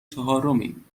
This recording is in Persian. چهارمیم